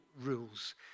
rules